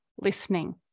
listening